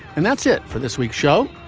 and that's it for this week's show.